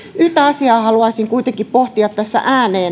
yhtä asiaa haluaisin kuitenkin pohtia tässä ääneen